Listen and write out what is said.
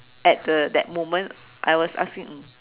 at the that moment I was asking um